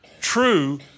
True